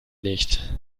nicht